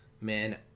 man